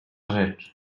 rzecz